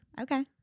Okay